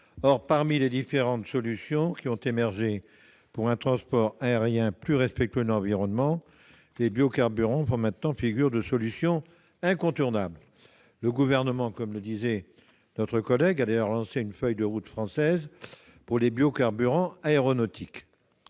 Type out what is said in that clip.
Or, parmi les différentes solutions qui ont émergé pour un transport aérien plus respectueux de l'environnement, les biocarburants font maintenant figure de solution incontournable. Le Gouvernement a d'ailleurs lancé une feuille de route française pour les biocarburants aéronautiques.